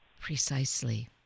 Precisely